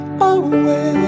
away